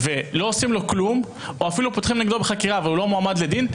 ולא עושים לו כלום או אפילו פותחים נגדו בחקירה והוא לא מועמד לדין,